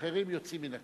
אחרים יוצאים מן הכלל.